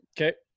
Okay